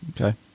Okay